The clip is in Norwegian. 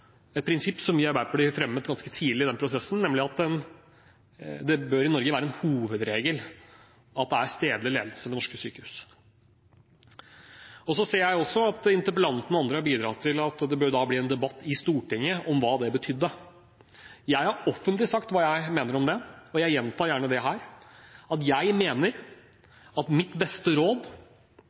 et prinsipp som vi i Arbeiderpartiet fremmet ganske tidlig i den prosessen, nemlig at det i Norge bør være en hovedregel at det er stedlig ledelse ved norske sykehus. Jeg ser også at interpellanten og andre har bidratt til at det bør bli en debatt i Stortinget om hva det betydde. Jeg har offentlig sagt hva jeg mener om det, og jeg gjentar gjerne det her. Jeg mener – og det er mitt beste råd